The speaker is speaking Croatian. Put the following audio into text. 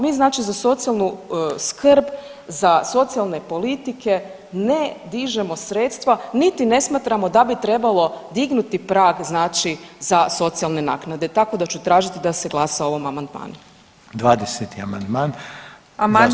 Mi znači za socijalnu skrb, za socijalne politike ne dižemo sredstva niti ne smatramo da bi trebalo dignuti prag znači za socijalne naknade, tako da ću tražiti da se glasa o ovom amandmanu.